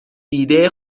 ایده